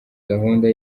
gahunda